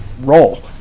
role